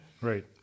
right